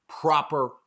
proper